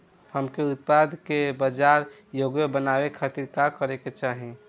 हमके उत्पाद के बाजार योग्य बनावे खातिर का करे के चाहीं?